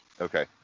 okay